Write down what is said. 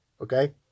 Okay